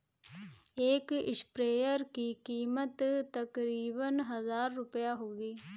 एक स्प्रेयर की कीमत तकरीबन हजार रूपए होगी